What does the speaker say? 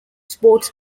sports